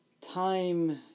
time